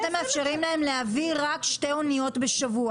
מאפשרים להם להביא רק שתי אניות בשבוע.